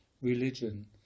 Religion